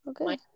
Okay